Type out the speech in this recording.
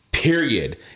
Period